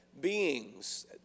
beings